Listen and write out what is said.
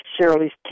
Shirley's